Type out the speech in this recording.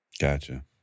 Gotcha